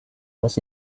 was